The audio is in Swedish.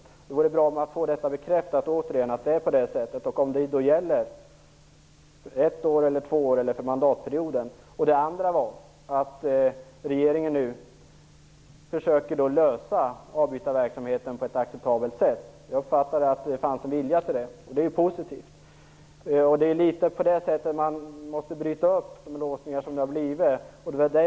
Det vore bra att få bekräftat att det är på det sättet och om det gäller ett år, två år eller mandatperioden. Det andra beskedet var att regeringen nu försöker lösa problemet med avbytarverksamheten på ett acceptabelt sätt. Jag uppfattade att det finns en vilja att göra det, och det är positivt. Det är på det sättet man måste bryta upp de låsningar som har uppstått.